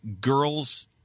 Girls